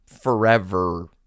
forever